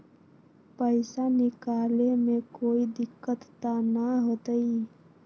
पैसा निकाले में कोई दिक्कत त न होतई?